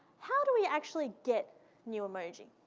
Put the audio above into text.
how do we actually get new emoji?